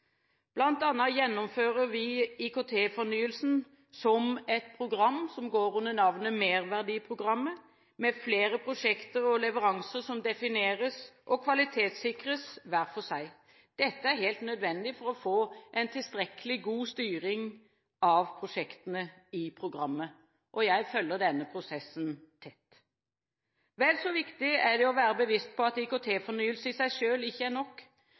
gjennomfører vi IKT-fornyelsen som et program som går under navnet Merverdiprogrammet, med flere prosjekter og leveranser som defineres og kvalitetssikres hver for seg. Dette er helt nødvendig for å få en tilstrekkelig god styring av prosjektene i programmet. Jeg følger denne prosessen tett. Vel så viktig er det å være bevisst på at IKT-fornyelse i seg selv ikke er nok.